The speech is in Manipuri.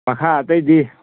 ꯃꯈꯥ ꯑꯇꯩꯗꯤ